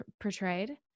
portrayed